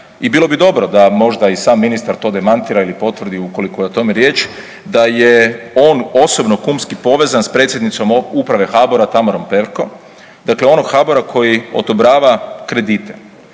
i bilo bi dobro da možda i sam ministar to demantira ili potvrdi ukoliko je o tome riječ da je on osobno kumski povezan s predsjednicom uprave HBOR-a Tamarom Perko, dakle onog HBOR-a koji odobrava kredite,